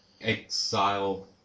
Exile